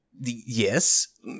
yes